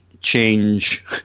change